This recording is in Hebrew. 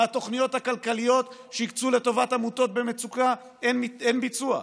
בתוכניות הכלכליות שהקצו לטובת עמותות במצוקה אין ביצוע.